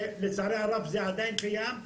לצערי הרב זה עדיין קיים.